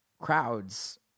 crowds